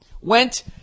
went